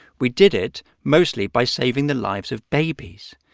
we did it mostly by saving the lives of babies.